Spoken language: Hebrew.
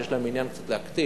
ויש להם עניין קצת להקטין,